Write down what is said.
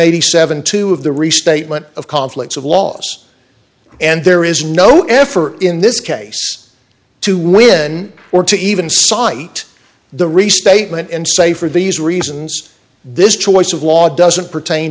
and seventy two of the restatement of conflicts of laws and there is no effort in this case to win or to even site the restatement and say for these reasons this choice of law doesn't pertain